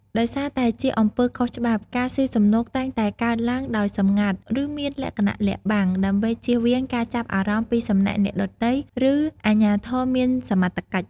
ដោយសារតែជាអំពើខុសច្បាប់ ការស៊ីសំណូកតែងតែកើតឡើងដោយសម្ងាត់ ឬមានលក្ខណៈលាក់បាំង ដើម្បីចៀសវាងការចាប់អារម្មណ៍ពីសំណាក់អ្នកដទៃ ឬអាជ្ញាធរមានសមត្ថកិច្ច។